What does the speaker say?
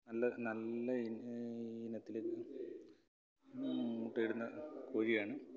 നല്ല ഇനത്തിൽ മുട്ടയിടുന്ന കോഴിയാണ്